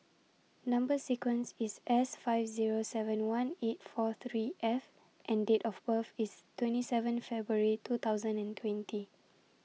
Number sequence IS S five Zero seven one eight four three F and Date of birth IS twenty seven February two thousand and twenty